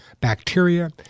bacteria